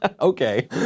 Okay